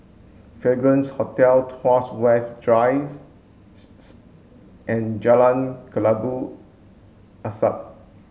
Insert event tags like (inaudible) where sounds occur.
Fragrance Hotel Tuas West Drice (unintelligible) and Jalan Kelabu Asap